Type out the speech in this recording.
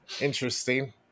interesting